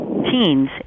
teens